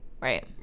Right